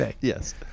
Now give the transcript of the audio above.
Yes